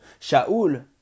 Shaul